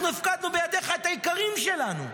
אנחנו הפקדנו בידיך את היקרים שלנו,